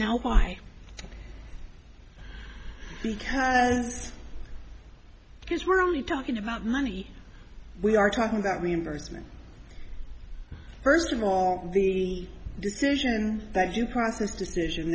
because because we're only talking about money we are talking about reimbursement first of all the decision that you process decision